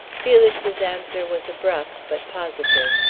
felix's answer was abrupt, but positive.